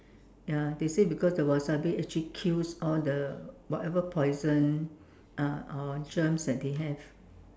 ya they say because the wasabi actually kills all the whatever poison uh or germs that they have